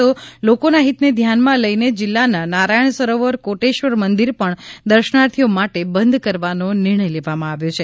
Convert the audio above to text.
તો લોકોના હિતને ધ્યાનમાં લઈને જિલ્લાના નારાયણ સરોવર કોટેશ્વર મંદિર પણ દર્શનાર્થીઓ માટે બંધ કરવાનો નિર્ણય લેવામાં આવ્યો છે